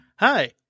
Hi